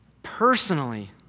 Personally